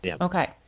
Okay